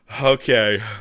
okay